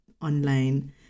online